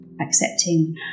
accepting